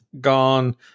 gone